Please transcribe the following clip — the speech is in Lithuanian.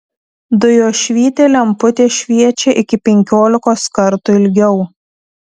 dujošvytė lemputė šviečia iki penkiolikos kartų ilgiau